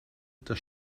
der